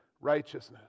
righteousness